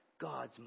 God's